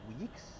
weeks